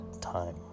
time